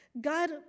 God